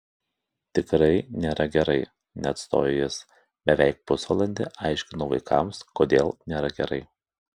tikrai nėra gerai neatstojo jis beveik pusvalandį aiškinau vaikams kodėl nėra gerai